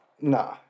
Nah